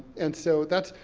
and so that's,